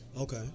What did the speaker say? Okay